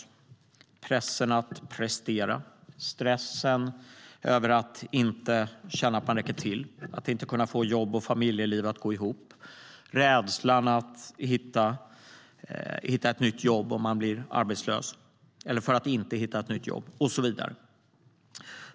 Det gäller pressen att prestera, stressen över att känna att man inte räcker till, att inte kunna få jobb och familjeliv att gå ihop, rädslan över att inte hitta ett nytt jobb om man blir arbetslös och så vidare.